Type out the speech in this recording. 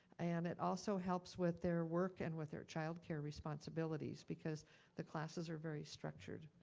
and it also helps with their work and with their childcare responsibilities, because the classes are very structured.